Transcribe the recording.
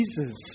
Jesus